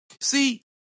See